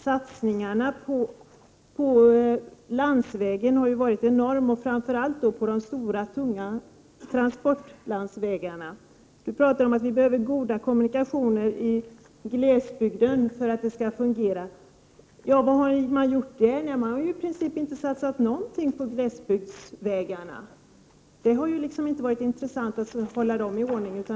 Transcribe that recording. Satsningarna på landsvägarna har varit enorma, framför allt på vägarna för de stora och tunga transporterna. Olle Östrand talade om att det behövs goda kommunikationer i glesbygden för att trafiken skall fungera. Men det har ju i princip inte satsats något på glesbygdsvägarna. Det har inte funnits något intresse för att hålla dem i ordning.